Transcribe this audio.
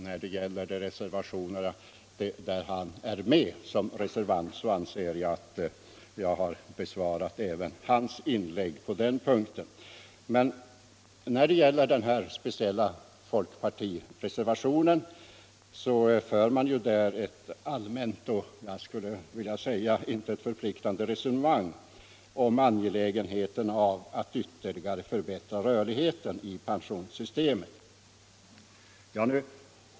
När det gäller de reservationer där han är med anser jag att jag har besvarat även hans inlägg. I den speciella folkpartireservationen förs ett allmänt och, jag skulle vilja säga, till intet förpliktande resonemang om det angelägna i att ytterligare förbättra rörligheten i pensionssystemet.